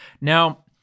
Now